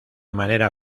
manera